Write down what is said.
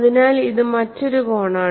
അതിനാൽ ഇത് മറ്റൊരു കോണാണ്